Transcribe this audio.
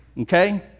okay